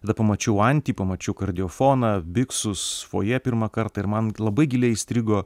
tada pamačiau antį pamačiau karadiofoną biksus fojė pirmą kartą ir man labai giliai įstrigo